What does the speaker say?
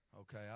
Okay